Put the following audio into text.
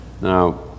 Now